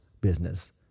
business